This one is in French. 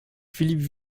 philippe